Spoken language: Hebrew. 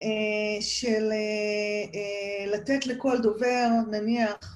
של לתת לכל דובר נניח